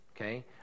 okay